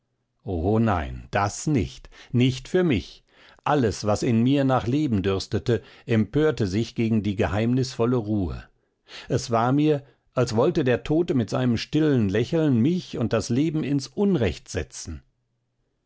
o nein das nicht nicht für mich alles was in mir nach leben dürstete empörte sich gegen die geheimnisvolle ruhe es war mir als wollte der tote mit seinem stillen lächeln mich und das leben ins unrecht setzen